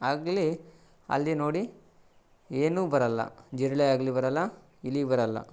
ಆಗಲೇ ಅಲ್ಲಿ ನೋಡಿ ಏನೂ ಬರೋಲ್ಲ ಜಿರಳೆ ಆಗಲಿ ಬರೋಲ್ಲ ಇಲಿ ಬರೋಲ್ಲ